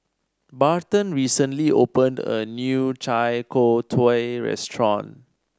Barton recently opened a new Chai Tow Kway Restaurant